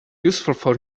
useful